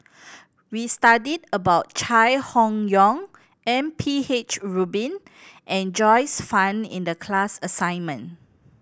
we studied about Chai Hon Yoong M P H Rubin and Joyce Fan in the class assignment